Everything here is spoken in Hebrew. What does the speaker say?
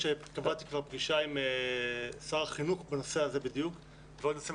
כמעט 40% אמרו שבשנה החולפת הם הוטרדו מילולית בגלל נטייתם